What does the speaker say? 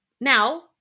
Now